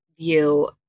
view